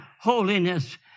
holiness